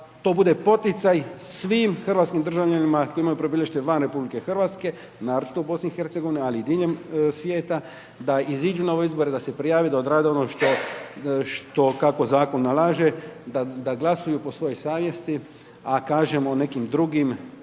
to bude poticaj svim hrvatskim državljanima, koji imaju prebivalište van RH, naročito u BIH, ali i diljem, svijeta, da iziđu na ove izbore, da se prijave, da odrade ono što kako zakon nalaže, da glasuju po svojoj savjesti, a kažem o nekim drugim